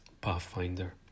Pathfinder